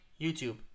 YouTube